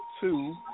two